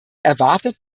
erwartet